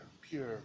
pure